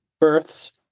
births